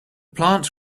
plant